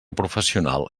professional